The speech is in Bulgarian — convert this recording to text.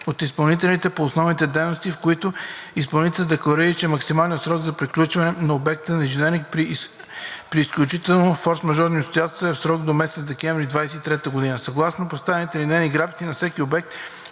от изпълнителите по основните дейности, в които изпълнителите са декларирали, че максималният срок за приключване на обектите за инженеринг при изключване на форсмажорни обстоятелства е в срок до месец декември 2023 г.; – съгласно представените линейни графици на всеки обект